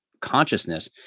consciousness